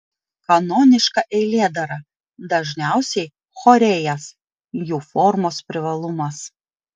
kanoniška eilėdara dažniausiai chorėjas jų formos privalumas